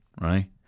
right